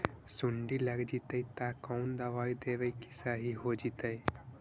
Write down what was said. सुंडी लग जितै त कोन दबाइ देबै कि सही हो जितै?